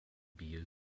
biel